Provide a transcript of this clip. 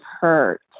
hurt